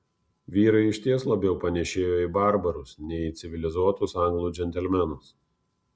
vyrai išties labiau panėšėjo į barbarus nei į civilizuotus anglų džentelmenus